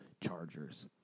Chargers